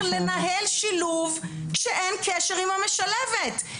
לנהל שילוב כשאין קשר עם המשלבת.